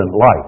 life